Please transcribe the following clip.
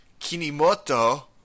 Kinimoto